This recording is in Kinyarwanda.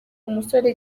umusore